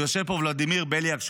ויושב פה ולדימיר בליאק,